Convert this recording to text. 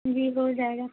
جی ہو جائے گا